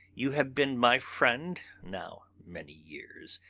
you have been my friend now many years,